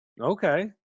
Okay